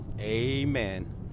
Amen